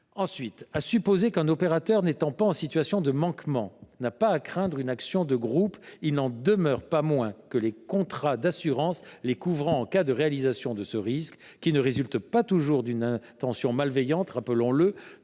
Ensuite, à supposer qu’un opérateur n’étant pas en situation de manquement n’ait pas à craindre une action de groupe, il n’en demeure pas moins que les contrats d’assurance le couvrant en cas de réalisation de ce risque – qui ne résulte pas toujours d’une intention malveillante – ne